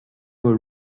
were